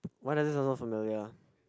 why does this sound so familiar